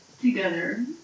together